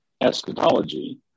eschatology